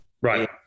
Right